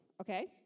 okay